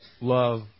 love